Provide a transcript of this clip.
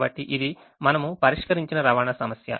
కాబట్టి ఇది మనము పరిష్కరించిన రవాణా సమస్య